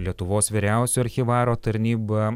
lietuvos vyriausiojo archyvaro tarnyba